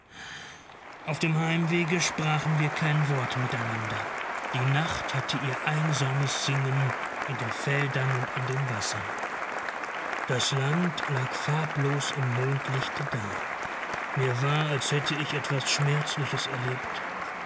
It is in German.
auf dem heimwege sprachen wir kein wort miteinander die nacht hatte ihr einsames singen in den feldern und an den wassern das land lag farblos im mondlichte da mir war als hätte ich etwas schmerzliches erlebt